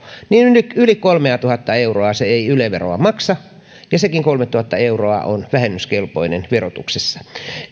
niin yli kolmeatuhatta euroa se ei yle veroa maksa ja sekin kolmetuhatta euroa on vähennyskelpoinen verotuksessa